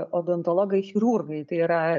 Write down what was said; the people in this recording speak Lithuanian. odontologai chirurgai tai yra